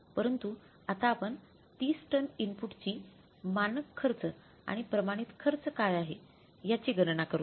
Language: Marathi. परंतु आता आपण 30 टन इनपुटची मानक खर्च आणि प्रमाणित खर्च काय आहे याची गणना करूया